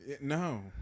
no